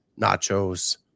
nachos